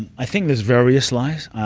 i think there's various lies.